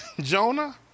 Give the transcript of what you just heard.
Jonah